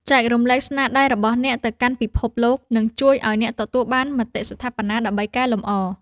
ចែករំលែកស្នាដៃរបស់អ្នកទៅកាន់ពិភពលោកនឹងជួយឱ្យអ្នកទទួលបានមតិស្ថាបនាដើម្បីកែលម្អ។